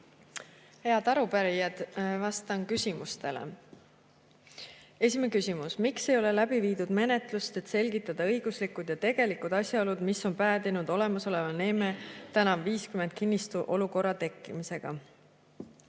Head arupärijad, vastan küsimustele. Esimene küsimus: "Miks ei ole läbi viidud menetlust, et selgitada õiguslikud ja tegelikud asjaolud, mis on päädinud olemasoleva Neeme tn 50 kinnistul olukorra tekkimisega?"